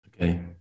Okay